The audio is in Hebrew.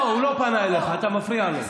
לא, הוא לא פנה אליך, אתה מפריע לו.